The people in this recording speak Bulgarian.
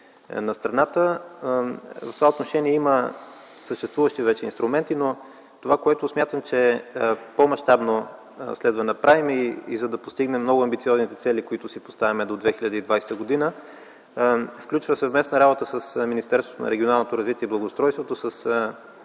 на страната. В това отношение има съществуващи вече инструменти, но това, което смятам, че по-мащабно следва да направим, за да постигнем много амбициозните цели, които си поставяме до 2020 г., включва съвместна работа с Министерството на регионалното развитие и благоустройството, с